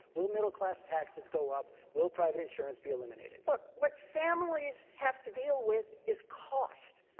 will middle class taxes go up. will private insurance be eliminated. look what families have to deal with is cost.